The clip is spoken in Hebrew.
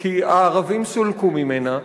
כי הערבים סולקו ממנה,